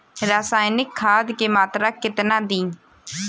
रसायनिक खाद के मात्रा केतना दी?